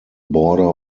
border